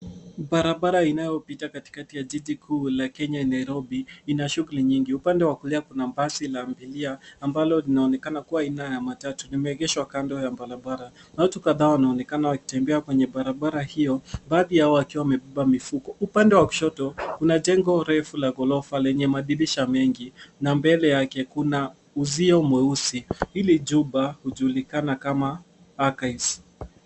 Barabara inayopita katikati ya jiji kuu la Kenya, Nairobi, ina shughuli nyingi. Upande wa kulia kuna basi la abiria ambalo linaonekana kuwa aina ya matatu; limeegeshwa kando ya barabara. Watu kadhaa wanaonekana wakitembea kwenye barabara hio baadhi yao wakiwa wamebeba mifuko. Upande wa kushoto kuna jengo refu la gorofa lenye madirisha mengi na mbele yake kuna uzio mweusi. Hili jumba hujulikana kama Archives .